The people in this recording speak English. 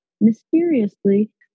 mysteriously